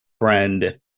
Friend